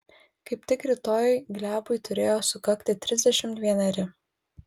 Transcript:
kaip tik rytoj glebui turėjo sukakti trisdešimt vieneri